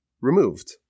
removed